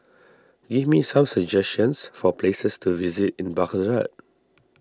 give me some suggestions for places to visit in Baghdad